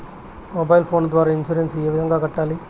mobile phone ద్వారా insurance ఏ విధంగా కట్టాలి